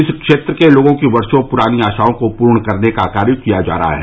इस क्षेत्र के लोगों की वर्षो पुरानी आशाओं को पूर्ण करने का कार्य किया जा रहा है